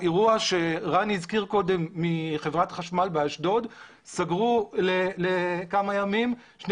באירוע שרן הזכיר קודם מחברת חשמל באשדוד סגרו לכמה ימים שני